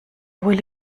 will